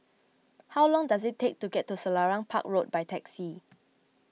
how long does it take to get to Selarang Park Road by taxi